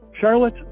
charlotte